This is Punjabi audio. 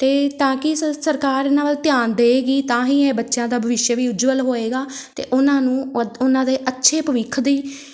ਅਤੇ ਤਾਂ ਕਿ ਸ ਸਰਕਾਰ ਇਹਨਾਂ ਵੱਲ ਧਿਆਨ ਦੇਵੇਗੀ ਤਾਂ ਹੀ ਇਹ ਬੱਚਿਆਂ ਦਾ ਬਵਿੱਸ਼ਯ ਵੀ ਉਜਵਲ ਹੋਏਗਾ ਅਤੇ ਉਹਨਾਂ ਨੂੰ ਉ ਉਹਨਾਂ ਦੇ ਅੱਛੇ ਭਵਿੱਖ ਦੀ